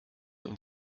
und